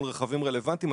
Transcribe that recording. מול רכבים רלוונטיים,